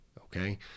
okay